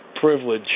privilege